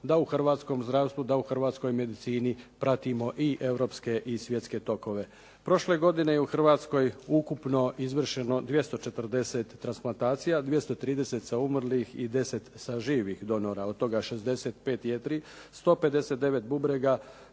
da u hrvatskom zdravstvu, da u hrvatskoj medicini pratimo i europske i svjetske tokove. Prošle godine je u Hrvatskoj ukupno izvršeno 240 transplantacija, 230 sa umrlih i 10 sa živih donora, od toga 65 jetri, 159 bubrega,